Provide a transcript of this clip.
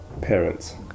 Parents